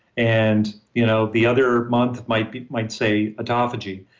and you know the other month might might say autophagy.